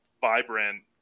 vibrant